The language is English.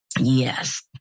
Yes